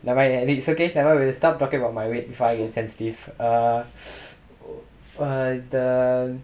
nevermind it's okay nevermind we will stop talking about my weight before I sensitive err err the